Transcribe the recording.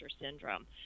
syndrome